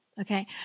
Okay